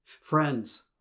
Friends